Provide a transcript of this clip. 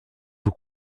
vous